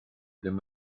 ddim